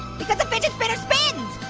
because the fidget spinner spins.